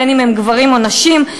בין שהם גברים ובין שהם נשים,